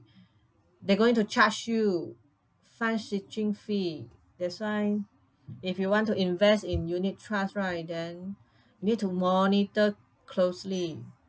they're going to charge you fund switching fee that's why if you want to invest in unit trust right then need to monitor closely